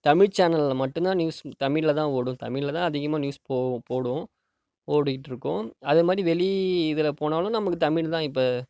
தமிழ் சேனலில் மட்டும்தான் நியூஸ் தமிழில் தான் ஓடும் தமிழில் தான் அதிகமாக நியூஸ் போகும் ஓடும் ஓடிகிட்டிருக்கும் அதே மாதிரி வெளி இதில் போனாலும் நமக்கு தமிழ் தான் இப்போ